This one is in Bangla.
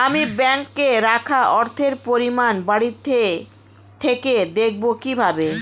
আমি ব্যাঙ্কে রাখা অর্থের পরিমাণ বাড়িতে থেকে দেখব কীভাবে?